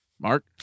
mark